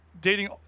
dating